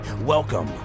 Welcome